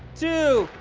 two,